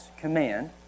command